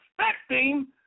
expecting